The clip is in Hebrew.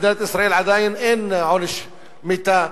במדינת ישראל עדיין אין עונש מיתה